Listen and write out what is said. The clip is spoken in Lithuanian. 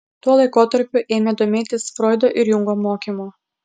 tuo laikotarpiu ėmė domėtis froido ir jungo mokymu